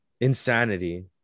Insanity